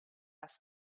asked